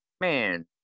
man